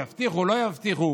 יבטיחו או לא יבטיחו?